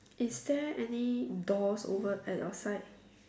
is there any doors over at your side